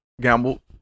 Gamble